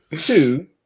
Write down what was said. Two